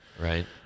Right